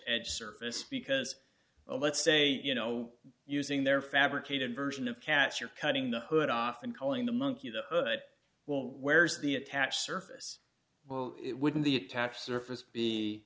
surface because let's say you know using their fabricated version of cats or cutting the hood off and calling the monkey the hood well where's the attached surface well it wouldn't be attached surface be